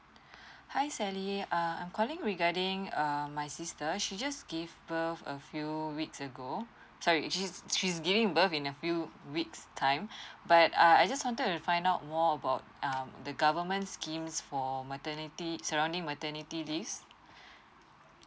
hi sally err I'm calling regarding um my sister she just give birth a few weeks ago sorry she's she's giving birth in a few weeks time but err I just wanted to find out more about um the government schemes for maternity surrounding maternity leaves